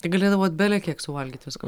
tai galėdavot bele kiek suvalgyt visko